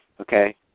okay